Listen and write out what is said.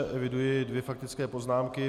Eviduji dvě faktické poznámky.